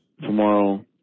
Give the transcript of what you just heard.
Tomorrow